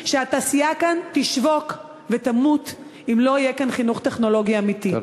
שהתעשייה כאן תשבוק ותמות אם לא יהיה כאן חינוך טכנולוגי אמיתי.